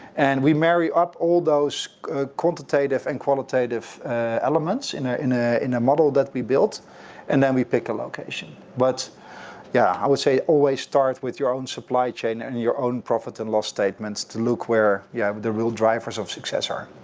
and we marry up all those quantitative and qualitative elements in ah in ah a model that we built and then we pick a location. but yeah, i would say always start with your own supply chain and your own profits and loss statements to look where, yeah the real drivers of success are.